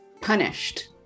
punished